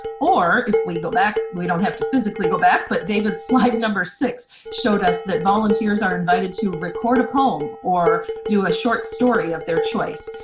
or, if we go back, we don't have to physically go back, but david's slide number six showed us that volunteers are invited to record a poem or do a short story of their choice.